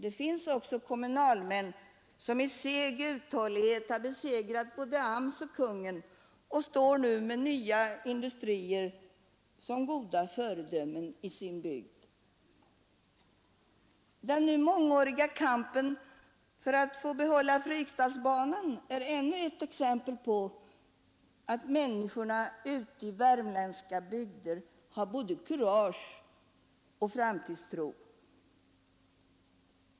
Det finns också kommunalmän som med seg uthållighet har besegrat både AMS och kungen och nu står med nya industrier som goda föredömen i sin bygd. Den nu mångåriga kampen för att få behålla Fryksdalsbanan är ännu ett exempel på att människorna ute i värmländska bygder har både kurage och framtidstro.